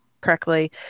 correctly